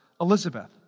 Elizabeth